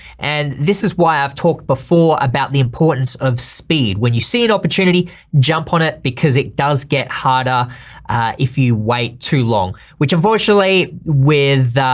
and this is why i've talked before about the importance of speed. when you see an opportunity jump on it because it does get harder if you wait too long. which unfortunately with,